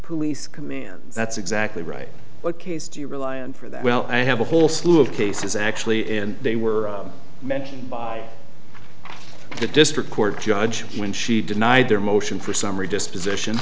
police command that's exactly right what case do you rely on for that well i have a whole slew of cases actually and they were mentioned by the district court judge when she denied their motion for summary disposition